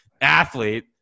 athlete